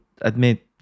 admit